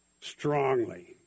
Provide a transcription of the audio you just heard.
Strongly